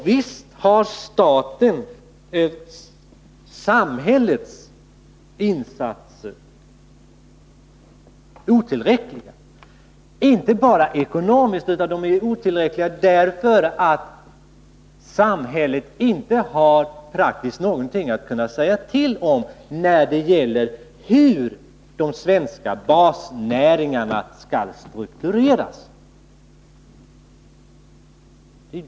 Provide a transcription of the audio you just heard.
Visst har samhällets insatser varit otillräckliga, inte bara i fråga om ekonomiska insatser utan också på det sättet att samhället praktiskt taget inte har någonting att säga till om när det gäller hur de svenska basnäringarna skall struktureras.